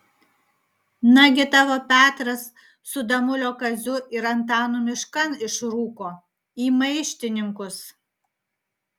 nagi tavo petras su damulio kaziu ir antanu miškan išrūko į maištininkus